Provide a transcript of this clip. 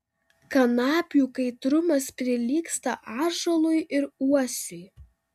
kanapių kaitrumas prilygsta ąžuolui ir uosiui